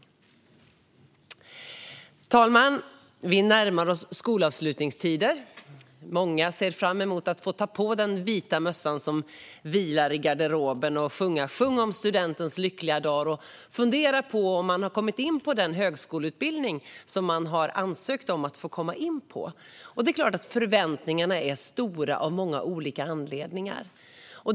Fru talman! Vi närmar oss skolavslutningstider. Många ser fram emot att få ta på den vita mössan som vilar i garderoben, sjunga "sjungom studentens lyckliga dag" och fundera på om de har kommit in på den högskoleutbildning som de har ansökt om att få komma in på. Det är klart att förväntningarna är stora av många olika anledningar.